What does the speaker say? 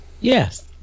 Yes